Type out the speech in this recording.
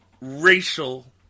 racial